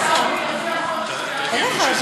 אנחנו לא